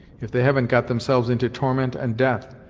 if they haven't got themselves into torment and death,